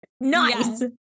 nice